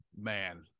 Man